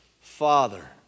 Father